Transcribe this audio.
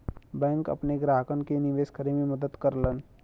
bank अपने ग्राहकन के निवेश करे में मदद करलन